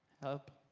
help.